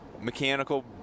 mechanical